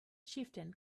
chieftain